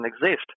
exist